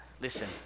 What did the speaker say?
listen